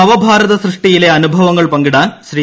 നവഭാരത സൃഷ്ടിയിലെ അനുഭവങ്ങൾ പങ്കിടാൻ ശ്രീ